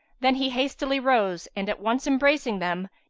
then he hastily rose and, at once embracing them,